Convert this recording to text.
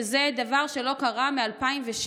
שזה דבר שלא קרה מ-2007,